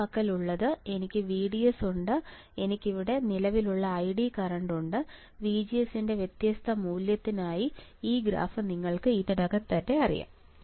എന്റെ പക്കലുള്ളത് എനിക്ക് VDS ഉണ്ട് എനിക്ക് ഇവിടെ നിലവിലുള്ള ID കറന്റ് ഉണ്ട് വിജിഎസിന്റെ വ്യത്യസ്ത മൂല്യത്തിനായി ഈ ഗ്രാഫ് നിങ്ങൾക്ക് ഇതിനകം തന്നെ അറിയാം